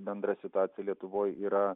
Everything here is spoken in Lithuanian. bendra situacija lietuvoj yra